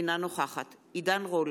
אינה נוכחת עידן רול,